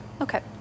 okay